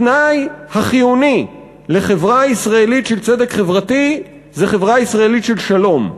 התנאי החיוני לחברה ישראלית של צדק חברתי זה חברה ישראלית של שלום,